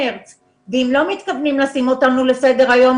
מארס ואם לא מתכוונים לשים אותנו על סדר היום,